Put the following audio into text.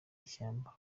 ishyamba